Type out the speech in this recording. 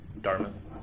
Dartmouth